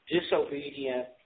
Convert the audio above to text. disobedient